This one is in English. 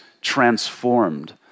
transformed